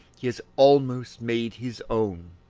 he has almost made his own.